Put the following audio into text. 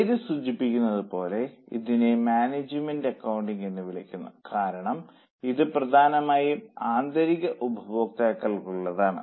പേര് സൂചിപ്പിക്കുന്നത് പോലെ ഇതിനെ മാനേജ്മെന്റ് അക്കൌണ്ടിംഗ് എന്ന് വിളിക്കുന്നു കാരണം ഇത് പ്രധാനമായും ആന്തരിക ഉപയോക്താക്കൾക്കുള്ളതാണ്